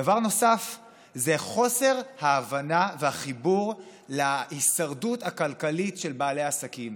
דבר נוסף זה חוסר ההבנה והחיבור להישרדות הכלכלית של בעלי העסקים.